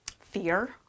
fear